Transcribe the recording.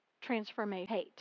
transformation